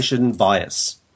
bias